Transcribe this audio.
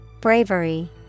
Bravery